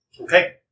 Okay